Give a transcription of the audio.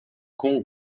kong